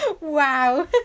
Wow